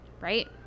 Right